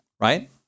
right